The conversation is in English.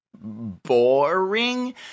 boring